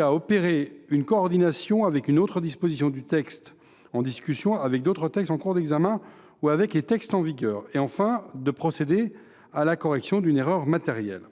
à opérer une coordination avec une autre disposition du texte en discussion, avec d’autres textes en cours d’examen ou avec les textes en vigueur ou à procéder à la correction d’une erreur matérielle.